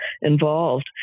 involved